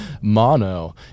mono